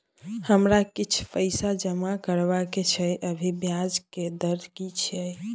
हमरा किछ पैसा जमा करबा के छै, अभी ब्याज के दर की छै?